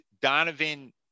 Donovan –